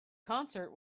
concert